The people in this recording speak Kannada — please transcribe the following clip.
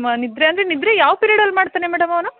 ಮ ನಿದ್ರೆ ಅಂದರೆ ನಿದ್ರೆ ಯಾವ ಪಿರಿಡಲ್ಲಿ ಮಾಡ್ತಾನೆ ಮೇಡಂ ಅವನು